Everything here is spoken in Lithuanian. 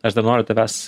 aš dar noriu tavęs